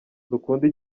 dukunde